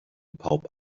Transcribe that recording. pawb